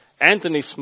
Anthony